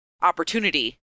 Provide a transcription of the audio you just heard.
opportunity